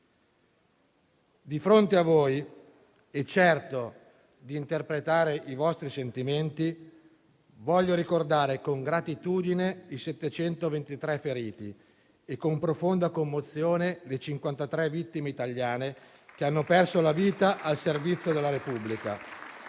Di fronte a voi e certo di interpretare i vostri sentimenti, voglio ricordare con gratitudine i 723 feriti e con profonda commozione le 53 vittime italiane che hanno perso la vita al servizio della Repubblica